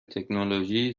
تکنولوژی